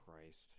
Christ